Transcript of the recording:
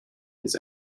his